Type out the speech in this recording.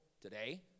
today